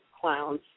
clowns